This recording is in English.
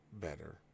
better